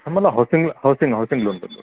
sir मला हॉसिंगला housing housing लोनबद्दल